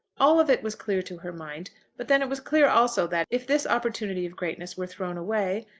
all of it was clear to her mind but then it was clear also that, if this opportunity of greatness were thrown away,